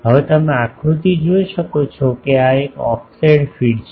હવે તમે આકૃતિ જોઈ શકો છો કે આ એક ઓફસેટ ફીડ છે